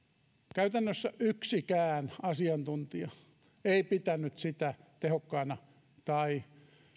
käytännössä yksikään asiantuntija ei pitänyt sitä tehokkaana tai